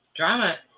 Drama